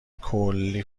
کلی